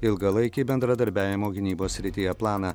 ilgalaikį bendradarbiavimo gynybos srityje planą